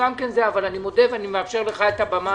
אבל אני מאפשר לך את הבמה,